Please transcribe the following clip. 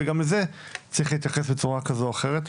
וגם לזה צריך להתייחס בצורה כזו או אחרת.